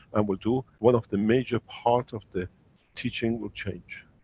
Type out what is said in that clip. and will do, one of the major part of the teaching will change.